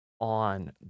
on